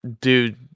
dude